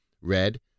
Red